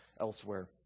elsewhere